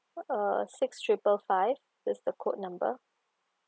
uh six triple five that's the code number